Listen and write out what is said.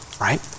right